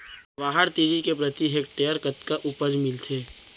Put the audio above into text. जवाहर तिलि के प्रति हेक्टेयर कतना उपज मिलथे?